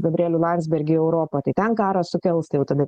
gabrielių landsbergį į europą tai ten karą sukels tai jau tada